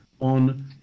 on